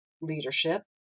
leadership